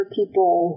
people